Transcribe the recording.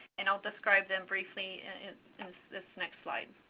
and i'll describe them briefly in this next slide.